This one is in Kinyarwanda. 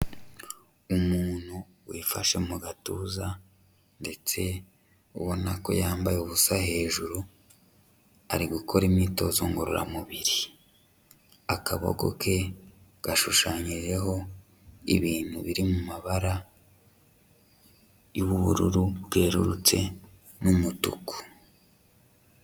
Umuntu wifashe mu gatuza, ndetse ubona ko yambaye ubusa hejuru, ari gukora imyitozo ngororamubiri. Akaboko ke gashushanyijeho ibintu biri mu mabara y'ubururu bwerurutse n'umutuku.